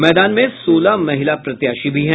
मैदान में सोलह महिला प्रत्याशी भी हैं